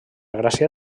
gràcia